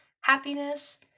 happiness